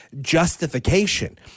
justification